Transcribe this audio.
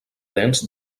dents